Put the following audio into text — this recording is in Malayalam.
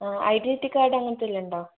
ആ ഐഡന്റിറ്റി കാർഡ് അങ്ങനത്തെ വല്ലതും ഉണ്ടോ